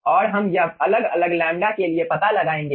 और हम यह अलग अलग लैम्ब्डा के लिए पता लगाएंगे